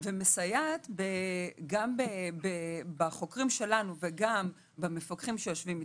ומסייעת גם בחוקרים שלנו וגם במפקחים שיושבים איתנו.